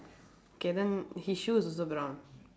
K then his shoes is also brown